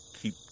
keep